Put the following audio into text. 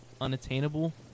unattainable